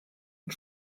und